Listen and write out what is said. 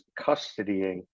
custodying